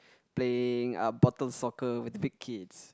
playing a bottle soccer with big kids